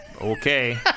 Okay